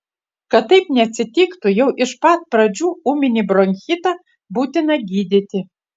kad taip neatsitiktų jau iš pat pradžių ūminį bronchitą būtina gydyti